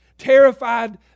Terrified